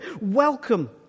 Welcome